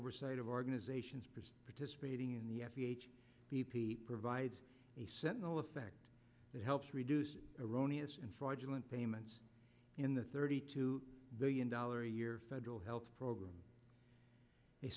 oversight of organizations participating in the f d a b p provides a sentinel effect that helps reduce erroneous and fraudulent payments in the thirty two billion dollars a year federal health program a